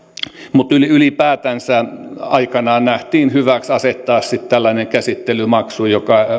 mutta ylipäätänsä aikanaan nähtiin hyväksi asettaa tällainen käsittelymaksu joka